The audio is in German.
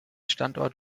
standort